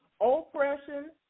oppression